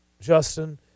Justin –